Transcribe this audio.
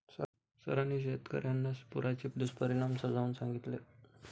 सरांनी शेतकर्यांना पुराचे दुष्परिणाम समजावून सांगितले